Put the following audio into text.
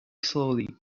slowly